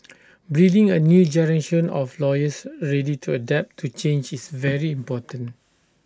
breeding A new generation of lawyers ready to adapt to change is very important